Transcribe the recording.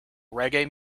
reggae